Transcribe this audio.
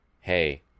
Hey